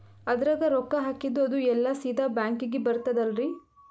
ಅದ್ರಗ ರೊಕ್ಕ ಹಾಕಿದ್ದು ಅದು ಎಲ್ಲಾ ಸೀದಾ ಬ್ಯಾಂಕಿಗಿ ಬರ್ತದಲ್ರಿ?